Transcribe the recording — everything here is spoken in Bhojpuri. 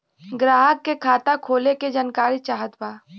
ग्राहक के खाता खोले के जानकारी चाहत बा?